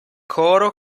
coro